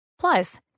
plus